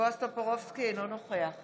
בועז טופורובסקי, אינו נוכח